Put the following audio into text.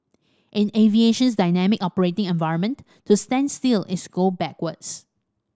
in aviation's dynamic operating environment to stand still is go backwards